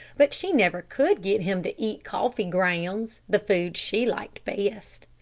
but she never could get him to eat coffee grounds the food she liked best.